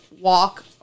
walk